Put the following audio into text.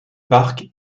parc